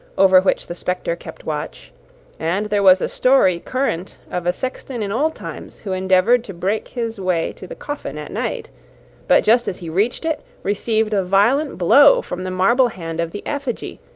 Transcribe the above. over which the spectre kept watch and there was a story current of a sexton in old times who endeavoured to break his way to the coffin at night but just as he reached it, received a violent blow from the marble hand of the effigy,